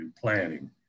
planning